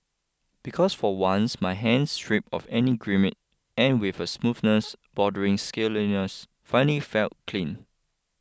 because for once my hands strip of any grime and with a smoothness bordering scaliness finally felt clean